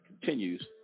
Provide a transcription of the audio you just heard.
continues